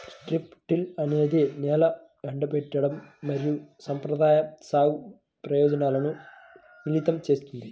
strip till అనేది నేల ఎండబెట్టడం మరియు సంప్రదాయ సాగు ప్రయోజనాలను మిళితం చేస్తుంది